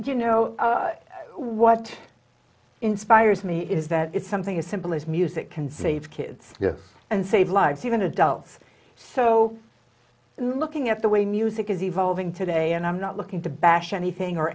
you know what inspires me is that it's something as simple as music can save kids and save lives even adults so looking at the way music is evolving today and i'm not looking to bash anything or